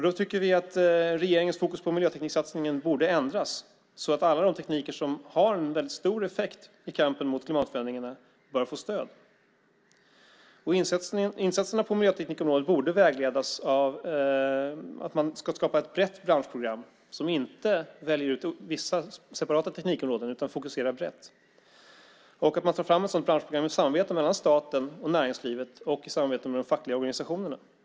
Vi tycker att regeringens fokus på miljötekniksatsningen borde ändras så att alla de tekniker som har en stor effekt i kampen mot klimatförändringarna får stöd. Insatserna på miljöteknikområdet borde vägledas av att man ska skapa ett brett branschprogram som inte väljer ut vissa separata teknikområden utan fokuserar brett. Ett sådant branschprogram ska tas fram i samarbete mellan staten, näringslivet och de fackliga organisationerna.